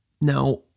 Now